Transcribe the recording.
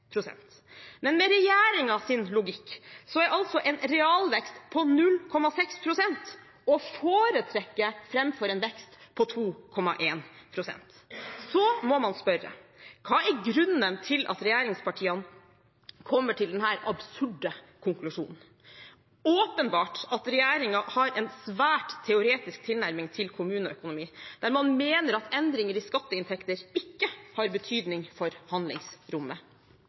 Men med regjeringens logikk er altså en realvekst på 0,6 pst. å foretrekke framfor en vekst på 2,1 pst. Så må man spørre: Hva er grunnen til at regjeringspartiene kommer til denne absurde konklusjonen? Det er åpenbart at regjeringen har en svært teoretisk tilnærming til kommuneøkonomi, der man mener at endringer i skatteinntekter ikke har betydning for handlingsrommet.